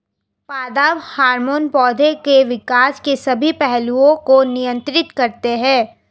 पादप हार्मोन पौधे के विकास के सभी पहलुओं को नियंत्रित करते हैं